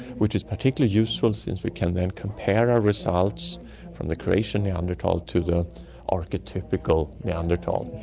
which is particularly useful since we can then compare our results from the croatian neanderthal to the archetypical neanderthal,